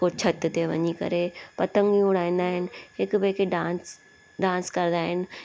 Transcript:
को छिति ते वञी करे पतंगियूं उड़ाईंदा आहिनि हिक ॿिए खे डांस डांस कंदा आहिनि